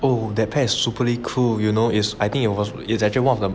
oh that pair is superbly cool you know is I think it was it's actually one of the